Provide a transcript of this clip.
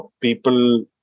people